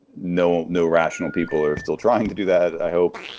no no rational people are still trying to do that, i hope.